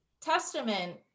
testament